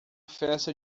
festa